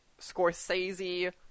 Scorsese